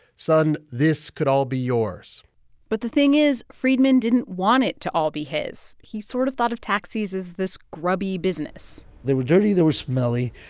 son, this could all be yours but the thing is, freidman didn't want it to all be his. he sort of thought of taxis as this grubby business they were dirty. they were smelly.